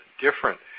different